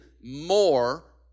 more